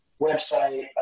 website